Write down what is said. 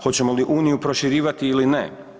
Hoćemo li uniju proširivati ili ne?